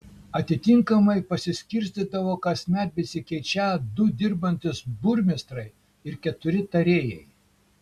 atitinkamai pasiskirstydavo kasmet besikeičią du dirbantys burmistrai ir keturi tarėjai